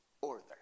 order